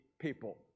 people